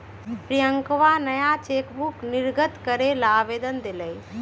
रियंकवा नया चेकबुक निर्गत करे ला आवेदन देलय